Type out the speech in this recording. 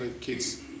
kids